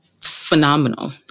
phenomenal